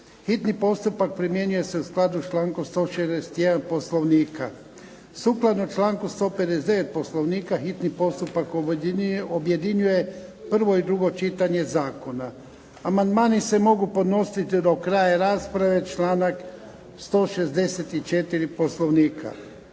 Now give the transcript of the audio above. Hitni postupak primjenjuje se u skladu sa člankom 141. Poslovnika. Sukladno članku 159. Poslovnika hitni postupak objedinjuje prvo i drugo čitanje zakona. Amandmani se mogu podnositi do kraja rasprave članak 164. Poslovnika.